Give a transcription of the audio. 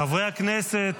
חברי הכנסת,